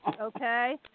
okay